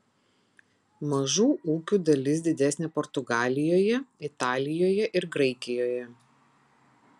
mažų ūkių dalis didesnė portugalijoje italijoje ir graikijoje